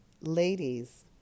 Ladies